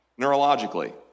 Neurologically